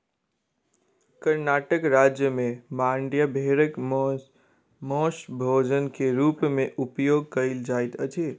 कर्णाटक राज्य में मांड्या भेड़क मौस भोजन के रूप में उपयोग कयल जाइत अछि